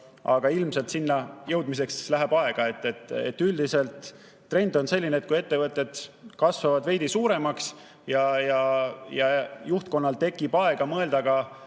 aga ilmselt sinna jõudmiseks läheb veel aega. Üldiselt trend on selline, et kui ettevõtted kasvavad veidi suuremaks ja juhtkonnal tekib aega mõelda ka